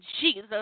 Jesus